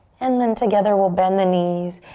and then together we'll bend the knees,